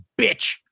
bitch